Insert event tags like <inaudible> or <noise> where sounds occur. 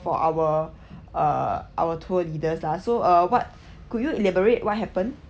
for our <breath> uh our tour leaders lah so uh what could you elaborate what happen